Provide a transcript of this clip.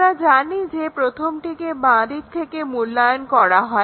আমরা জানি যে প্রথমটিকে বাঁ দিক থেকে মূল্যায়ন করা হয়